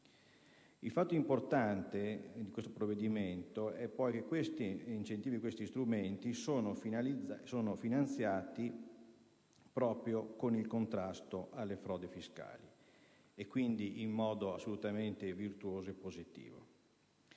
Il fatto importante in questo provvedimento è poi che questi incentivi, questi strumenti sono finanziati proprio con il contrasto alle frodi fiscali e quindi in modo assolutamente virtuoso e positivo.